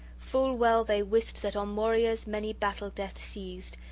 full well they wist that on warriors many battle-death seized,